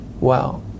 Wow